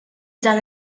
dan